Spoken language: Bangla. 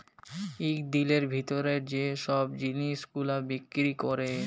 ইক দিলের ভিতরে যে ছব জিলিস গুলা বিক্কিরি ক্যরে